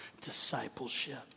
discipleship